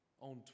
on